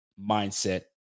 mindset